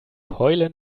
heulen